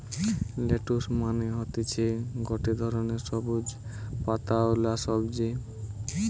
lettuce মানে হতিছে গটে ধরণের সবুজ পাতাওয়ালা সবজি